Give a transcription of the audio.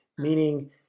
meaning